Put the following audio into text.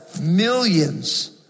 millions